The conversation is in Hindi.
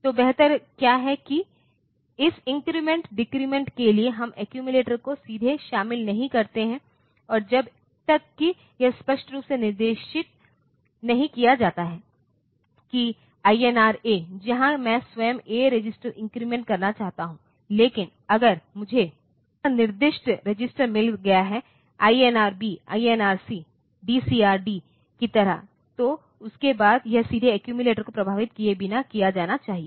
तो बेहतर क्या है कि इस इन्क्रीमेंट डिक्रीमेन्ट के लिए हम एक्यूमिलेटर को सीधे शामिल नहीं करते हैं और जब तक कि यह स्पष्ट रूप से निर्दिष्ट नहीं किया जाता है कि INR A जहाँ मैं स्वयं A रजिस्टर इन्क्रीमेंट करना चाहता हूँ लेकिन अगर मुझे यह निर्दिष्ट रजिस्टर मिल गया है INR B INR C DCR D की तरह तो उसके बाद यह सीधे एक्यूमिलेटर को प्रभावित किए बिना किया जाना चाहिए